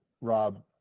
Rob